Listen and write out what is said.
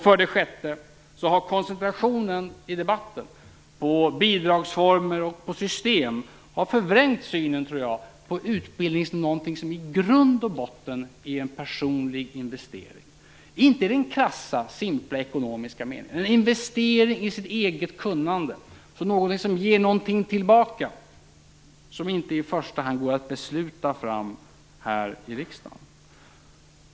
För det sjätte har koncentrationen i debatten på bidragsformer och system förvrängt synen på utbildning som någonting som i grund och botten är en personlig investering, inte i den krassa simpla ekonomiska meningen utan en investering i sitt eget kunnande, något som ger någonting tillbaka och som inte i första hand går att besluta fram här i riksdagen.